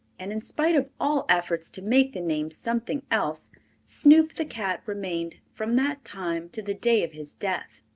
and in spite of all efforts to make the name something else snoop the cat remained from that time to the day of his death.